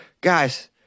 Guys